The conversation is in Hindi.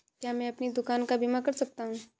क्या मैं अपनी दुकान का बीमा कर सकता हूँ?